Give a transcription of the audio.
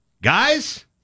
Guys